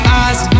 eyes